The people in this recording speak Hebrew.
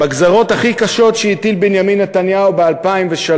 בגזירות הכי קשות שהטיל בנימין נתניהו ב-2003